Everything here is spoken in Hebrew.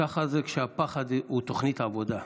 ככה זה כשהפחד הוא תוכנית עבודה.